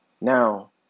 Now